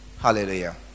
hallelujah